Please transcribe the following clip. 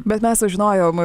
bet mes sužinojom